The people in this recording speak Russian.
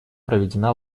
проведена